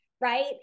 right